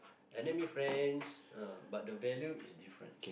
enemy friends ah but the value is difference